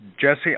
Jesse